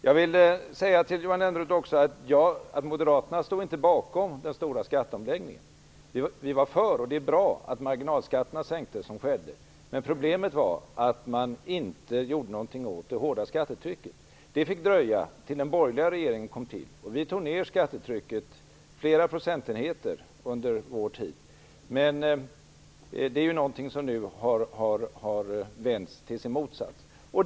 Jag vill också säga till Johan Lönnroth att Moderaterna inte stod bakom den stora skatteomläggningen. Vi var för att marginalskatterna sänktes, och det var bra att så skedde. Men problemet var att man inte gjorde något åt det hårda skattetrycket. Det fick dröja tills den borgerliga regeringen tillträdde. Vi tog under vår tid ned skattetrycket flera procentenheter. Det har nu vänts till sin motsats.